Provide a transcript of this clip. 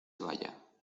vaya